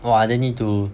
!wah! then need to